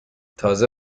تازه